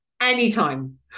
Anytime